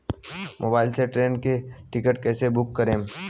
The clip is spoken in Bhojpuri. मोबाइल से ट्रेन के टिकिट कैसे बूक करेम?